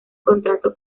contrato